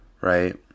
right